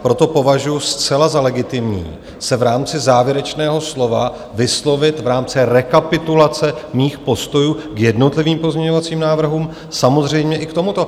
Proto považuji za zcela legitimní se v rámci závěrečného slova vyslovit v rámci rekapitulace svých postojů k jednotlivým pozměňovacím návrhům, samozřejmě i k tomuto.